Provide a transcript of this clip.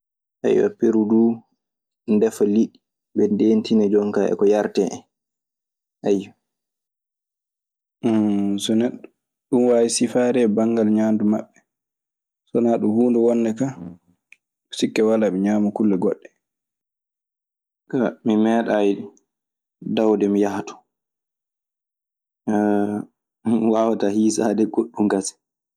Peru duu, ndefa liɗɗi. Ɓe ndeentina jooni kaa e ko yaretee en. Hmm, so neɗɗo ɗun waawi sifaade banngal ñaandu maɓɓe. So wanaa ɗun huunde wonde kaa sikke walaa hen eɓe ñaama kulle goɗɗe. A mi meeɗay dawde mi yaha ton. Mi wawata hiisaade goɗɗun kasen.